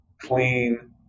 clean